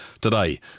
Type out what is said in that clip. today